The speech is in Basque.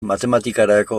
matematikarako